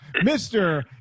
Mr